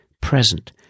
present